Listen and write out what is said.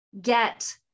get